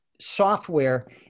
software